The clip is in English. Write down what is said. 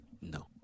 No